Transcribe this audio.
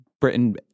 Britain